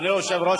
אדוני היושב-ראש,